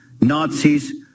Nazis